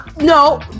no